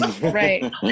Right